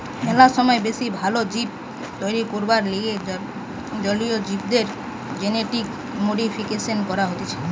ম্যালা সময় বেশি ভাল জীব তৈরী করবার লিগে জলীয় জীবদের জেনেটিক মডিফিকেশন করা হতিছে